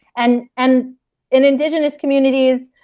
and and in indigenous communities,